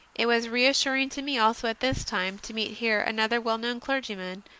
it was reassuring to me also at this time to meet here another well-known clergyman,